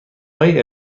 های